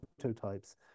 prototypes